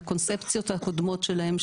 לקונספציות הקודמות שלהם,